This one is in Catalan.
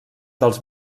dels